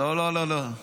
לא, לא.